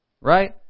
right